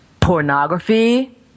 pornography